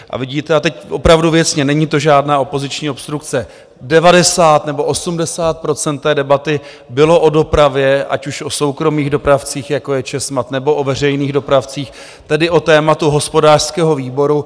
A vidíte, a teď opravdu věcně, není to žádná opoziční obstrukce, 90 nebo 80 % té debaty bylo o dopravě, ať už o soukromých dopravcích, jako je ČESMAD, nebo o veřejných dopravcích, tedy o tématu hospodářského výboru.